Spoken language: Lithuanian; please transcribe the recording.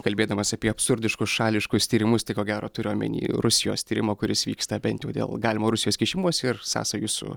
kalbėdamas apie absurdiškus šališkus tyrimus tai ko gero turi omeny rusijos tyrimo kuris vyksta bent jau dėl galimo rusijos kišimosi ir sąsajų su